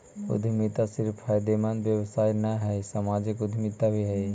उद्यमिता सिर्फ फायदेमंद व्यवसाय न हई, सामाजिक उद्यमिता भी हई